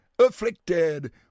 afflicted